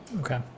Okay